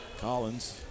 Collins